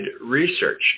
research